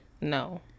No